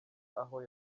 aho